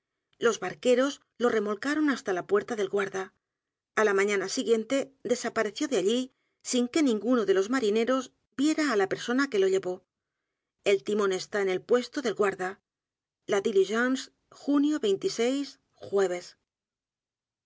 los barqueros lo remolcaron hasta la puerta del guarda á la mañana siguiente desapareció dé allí sin que ninguno de los marineros viera á la persona que lo llevó el timón está en el puesto del guarda la diligente junio veintiseis jueves